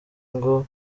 ngo